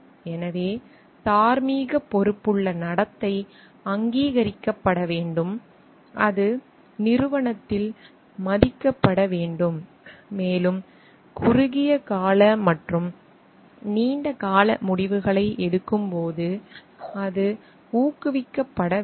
எனவே தார்மீக பொறுப்புள்ள நடத்தை அங்கீகரிக்கப்பட வேண்டும் அது நிறுவனத்தில் மதிக்கப்பட வேண்டும் மேலும் குறுகிய கால மற்றும் நீண்ட கால முடிவுகளை எடுக்கும்போது அது ஊக்குவிக்கப்பட வேண்டும்